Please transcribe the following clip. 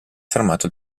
fermato